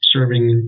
serving